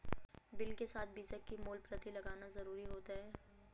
bill के साथ बीजक की मूल प्रति लगाना जरुरी होता है